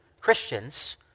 Christians